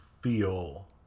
feel